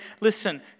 listen